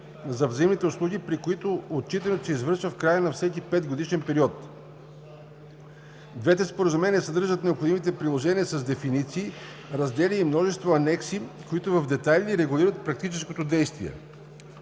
за взаимните услуги, при който отчитането се извършва в края на всеки петгодишен период. Двете споразумения съдържат необходимите приложения с дефиниции, раздели и множество анекси, които в детайли регулират практическото действие,